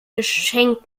geschenk